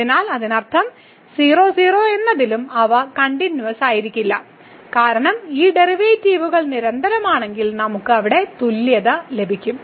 അതിനാൽ അതിനർത്ഥം 00 എന്നതിലും അവ കണ്ടിന്യൂവസ്സായിരിക്കില്ല കാരണം ഈ ഡെറിവേറ്റീവുകൾ നിരന്തരമാണെങ്കിൽ നമുക്ക് അവിടെ തുല്യത ലഭിക്കും